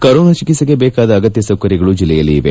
corona ಚಿಕಿತ್ಸೆಗೆ ಬೇಕಾದ ಅಗತ್ಯ ಸೌಕರ್ಯಗಳು ಜಿಲ್ಲೆಯಲ್ಲಿ ಇವೆ